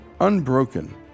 Unbroken